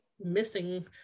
missing